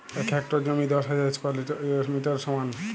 এক হেক্টর জমি দশ হাজার স্কোয়ার মিটারের সমান